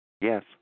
Yes